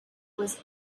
was